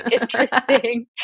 interesting